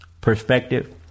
perspective